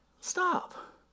Stop